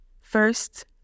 First